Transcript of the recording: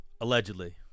Allegedly